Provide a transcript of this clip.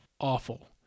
awful